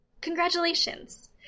Congratulations